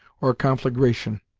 or a conflagration.